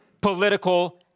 political